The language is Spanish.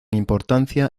importancia